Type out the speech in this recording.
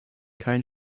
kein